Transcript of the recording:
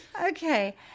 Okay